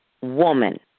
woman